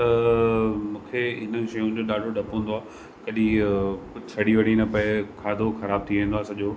त मूंखे इन शयूं जो ॾाढो ॾपु हूंदो आहे कॾहि कुझु सड़ी वड़ी न पए खाधो ख़राबु थी वेंदो आहे सॼो